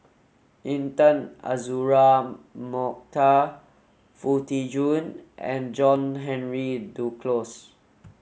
Intan Azura Mokhtar Foo Tee Jun and John Henry Duclos